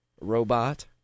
Robot